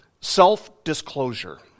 self-disclosure